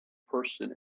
person